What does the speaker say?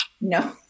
No